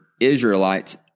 Israelites